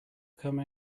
come